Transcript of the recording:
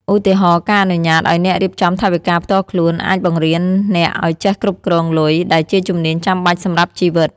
ឧទាហរណ៍ ការអនុញ្ញាតឲ្យអ្នករៀបចំថវិកាផ្ទាល់ខ្លួន អាចបង្រៀនអ្នកឲ្យចេះគ្រប់គ្រងលុយ ដែលជាជំនាញចាំបាច់សម្រាប់ជីវិត។